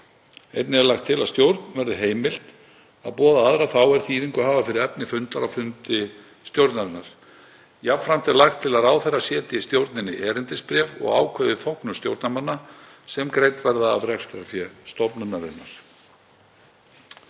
Einnig er lagt til að stjórn verði heimilt að boða aðra þá er þýðingu hafa fyrir efni fundar á fundi stjórnarinnar. Jafnframt er lagt til að ráðherra setji stjórninni erindisbréf og ákveði þóknun stjórnarmanna sem greidd verði af rekstrarfé stofnunarinnar.